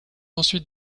ensuite